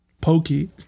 Pokey